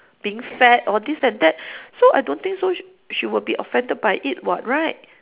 being fat all this and that so I don't think so sh~ she will be offended by it what right